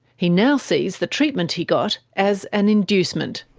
he now sees the treatment he got as an inducement.